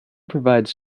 provides